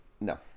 no